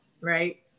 right